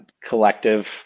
collective